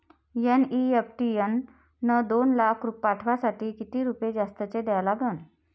NEFT न दोन लाख पाठवासाठी किती रुपये जास्तचे द्या लागन?